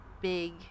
big